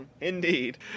indeed